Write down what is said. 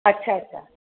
अच्छा अच्छा